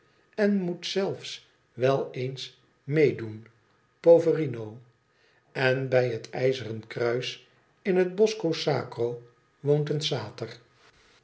en moet zelfi wel eens mee doen poverino en bij het ijzeren kruis in het bosco sacro woont een